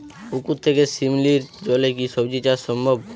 পুকুর থেকে শিমলির জলে কি সবজি চাষ সম্ভব?